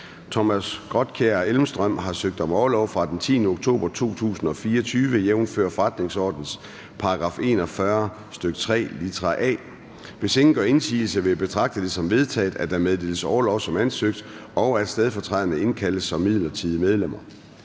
Tobias Grotkjær Elmstrøm (M) har søgt om orlov fra den 10. oktober 2024 jf. forretningsordenens § 41, stk. 3, litra a. Hvis ingen gør indsigelse, vil jeg betragte det som vedtaget, at der meddeles orlov som ansøgt, og at stedfortræderne indkaldes som midlertidige medlemmer.